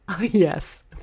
yes